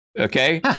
Okay